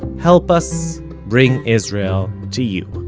help us bring israel to you.